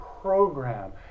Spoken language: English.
program